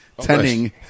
tending